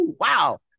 wow